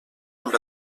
amb